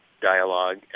dialogue